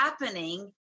happening